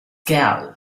gal